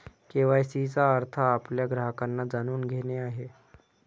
KYC चा अर्थ आपल्या ग्राहकांना जाणून घेणे आहे